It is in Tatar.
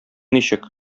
ничек